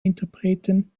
interpreten